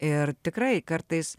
ir tikrai kartais